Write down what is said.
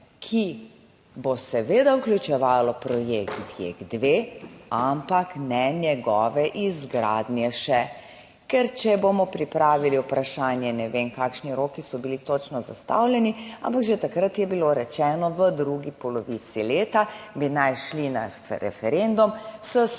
ki bo seveda vključevalo projekt DIHT, dve, ampak ne njegove izgradnje še, ker če bomo pripravili vprašanje, ne vem kakšni roki so bili točno zastavljeni. Ampak že takrat je bilo rečeno, v drugi polovici leta bi naj šli na referendum s skupno